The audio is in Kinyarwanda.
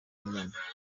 n’inyama